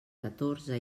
catorze